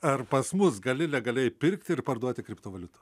ar pas mus gali legaliai pirkti ir parduoti kriptovaliutų